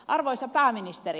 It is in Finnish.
arvoisa pääministeri